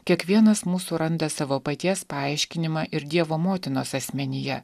kiekvienas mūsų randa savo paties paaiškinimą ir dievo motinos asmenyje